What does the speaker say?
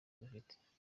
dufite